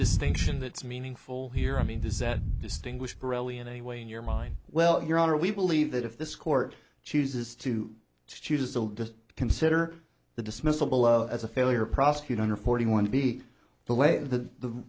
distinction that's meaningful here i mean does that distinguish perelli in any way in your mind well your honor we believe that if this court chooses to choose they'll just consider the dismissal below as a failure prosecute under forty one to be the way the the